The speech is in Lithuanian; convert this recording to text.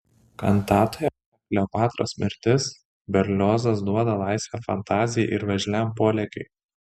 kantatoje kleopatros mirtis berliozas duoda laisvę fantazijai ir veržliam polėkiui